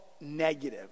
negative